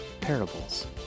parables